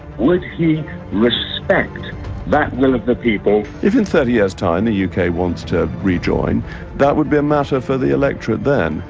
would he respect that will of the people? if in thirty years time the yeah uk wants to rejoin that would be a matter for the electorate then,